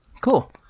Cool